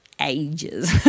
ages